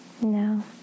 No